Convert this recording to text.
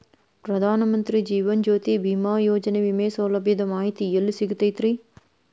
ಪ್ರಧಾನ ಮಂತ್ರಿ ಜೇವನ ಜ್ಯೋತಿ ಭೇಮಾಯೋಜನೆ ವಿಮೆ ಸೌಲಭ್ಯದ ಮಾಹಿತಿ ಎಲ್ಲಿ ಸಿಗತೈತ್ರಿ?